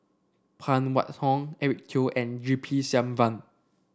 Phan Wait Hong Eric Teo and G P Selvam